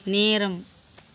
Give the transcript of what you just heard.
நேரம்